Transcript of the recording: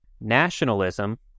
nationalism